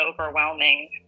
overwhelming